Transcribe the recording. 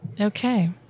Okay